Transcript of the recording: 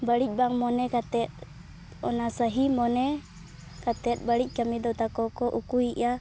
ᱵᱟᱹᱲᱤᱡ ᱵᱟᱝ ᱢᱚᱱᱮ ᱠᱟᱛᱮᱫ ᱚᱱᱟ ᱥᱟᱦᱤ ᱢᱚᱱᱮ ᱠᱟᱛᱮᱫ ᱵᱟᱹᱲᱤᱡ ᱠᱟᱹᱢᱤ ᱫᱚ ᱛᱟᱠᱚ ᱠᱚ ᱩᱠᱩᱭᱮᱫᱼᱟ